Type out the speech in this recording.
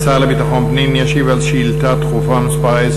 השר לביטחון פנים ישיב על שאילתה דחופה מס' 10,